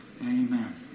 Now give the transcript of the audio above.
Amen